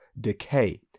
decay